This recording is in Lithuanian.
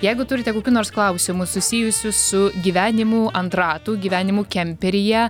jeigu turite kokių nors klausimų susijusių su gyvenimu ant ratų gyvenimu kemperyje